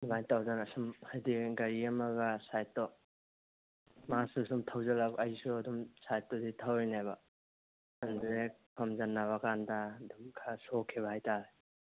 ꯁꯨꯃꯥꯏꯅ ꯇꯧꯗꯅ ꯁꯨꯝ ꯍꯥꯏꯗꯤ ꯒꯥꯔꯤ ꯑꯃꯒ ꯁꯥꯏꯠꯇꯣ ꯃꯥꯁꯨ ꯁꯨꯝ ꯊꯧꯖꯟꯂꯛ ꯑꯩꯁꯨ ꯑꯗꯨꯝ ꯁꯥꯏꯠꯇꯨꯗ ꯊꯧꯔꯤꯅꯦꯕ ꯑꯗꯨꯗꯒꯤ ꯊꯣꯝꯖꯟꯅꯕ ꯀꯥꯟꯗ ꯑꯗꯨꯝ ꯈꯔ ꯁꯣꯛꯈꯤꯕ ꯍꯥꯏꯇꯥꯔꯦ